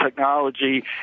technology